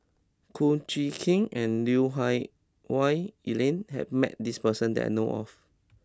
Kum Chee Kin and Lui Hah Wah Elena has met this person that I know of